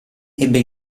ebbe